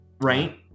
right